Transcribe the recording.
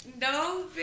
no